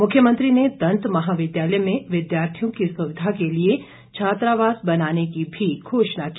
मुख्यमंत्री ने दंत महाविद्यालय में विद्यार्थियों की सुविधा के लिए छात्रावास बनाने की भी घोषणा की